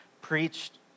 preached